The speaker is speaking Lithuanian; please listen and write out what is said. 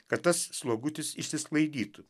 kad tas slogutis išsisklaidytų